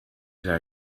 der